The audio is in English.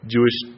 Jewish